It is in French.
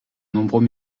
nombreux